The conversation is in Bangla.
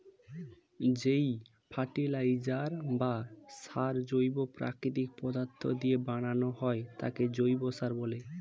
যেই ফার্টিলাইজার বা সার জৈব প্রাকৃতিক পদার্থ দিয়ে বানানো হয় তাকে জৈব সার বলে